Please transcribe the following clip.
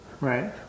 Right